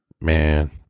man